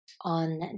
on